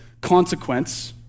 consequence